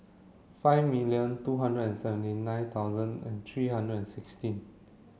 five million two hundred and seventy nine thousand and three hundred and sixteen